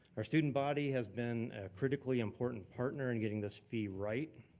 our student body has been critically important partner in getting this fee right,